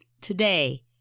Today